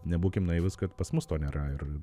nebūkim naivūs kad pas mus to nėra ir